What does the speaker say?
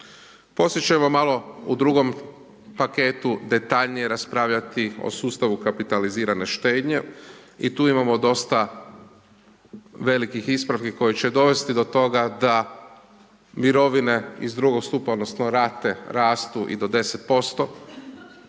Poslije ćemo malo u drugom paketu detaljnije raspravljati o sustavu kapitalizirane štednje i tu imamo dosta velikih ispravki koji će dovesti do toga, da mirovine iz drugog stupa, odnosno, rate rastu i do 10%,